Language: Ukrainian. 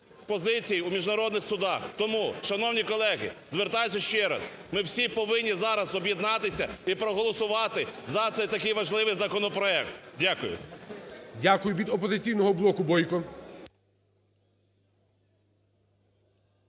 позицію у міжнародних судах. Тому, шановні колеги, звертаюся ще раз, ми всі повинні зараз об'єднатися і проголосувати за цей такий важливий законопроект. Дякую. ГОЛОВУЮЧИЙ. Дякую. Від "Опозиційного блоку" Бойко.